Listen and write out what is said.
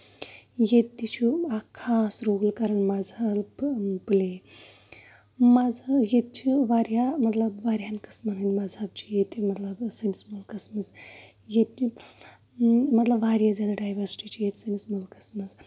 ییٚتہِ تہِ چھُ اکھ خاص رول کران مَزہب پٔلے مَزہب ییٚتہِ چھِ واریاہ مطلب واریاہن قٕسمَن ہٕندۍ مَزہب چھِ ییٚتہِ مطلب سٲنِس مُلکَس منٛز ییٚتہِ مطلب واریاہ زیادٕ ڈایورسٹی چھِ سٲنِس مُلکَس منٛز